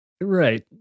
Right